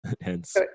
hence